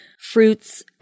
fruits